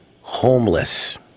homeless